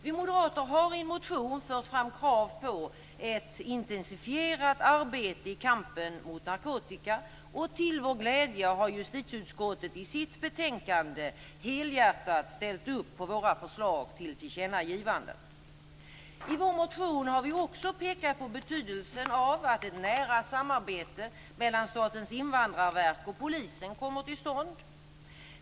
Vi moderater har i en motion fört fram krav på ett intensifierat arbete i kampen mot narkotika, och till vår glädje har justitieutskottet i sitt betänkande helhjärtat ställt upp på våra förslag till tillkännagivanden. I vår motion har vi också pekat på betydelsen av att ett nära samarbete mellan Statens invandrarverk och polisen kommer till stånd.